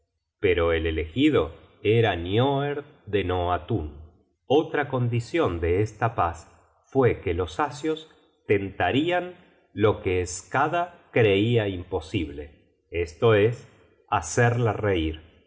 pero el elegido era nioerd de noatun otra condicion de esta paz fue que los asios tentarian lo que skada creia imposible esto es hacerla reir